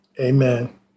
Amen